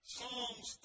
Psalms